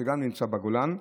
שגם נמצא בגולן,